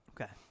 Okay